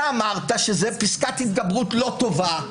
אתה אמרת שזאת פסקת התגברות לא טובה,